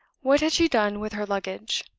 what had she done with her luggage?